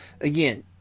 again